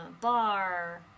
bar